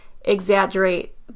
exaggerate